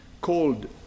called